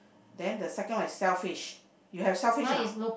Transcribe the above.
then the second is shellfish you have shellfish or not